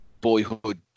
boyhood